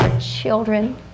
children